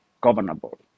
governable